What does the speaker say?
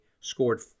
scored